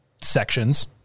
sections